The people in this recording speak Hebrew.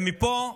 ומפה,